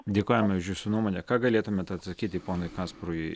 dėkojame už jūsų nuomone ką galėtumėt atsakyti ponui kasparui